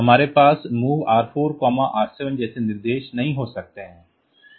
हमारे पास MOV R4 R7 जैसे निर्देश नहीं हो सकते